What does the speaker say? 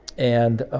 and,